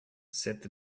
said